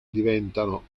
diventano